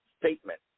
statement